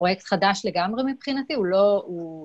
פרויקט חדש לגמרי מבחינתי, הוא לא...